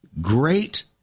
great